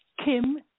Kim